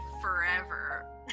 forever